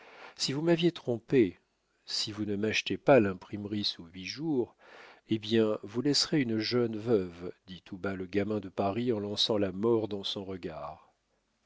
si vous m'aviez trompé si vous ne m'achetez pas l'imprimerie sous huit jours eh bien vous laisserez une jeune veuve dit tout bas le gamin de paris en lançant la mort dans son regard